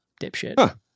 dipshit